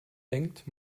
denkt